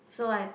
so I